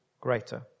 greater